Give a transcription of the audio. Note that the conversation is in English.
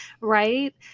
right